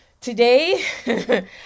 Today